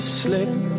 slip